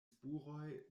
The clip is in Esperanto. spuroj